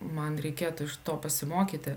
man reikėtų iš to pasimokyti